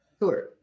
Sure